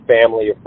family